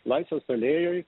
laisvės alėjoj